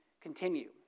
continue